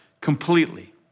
completely